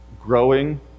growing